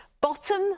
Bottom